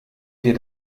wir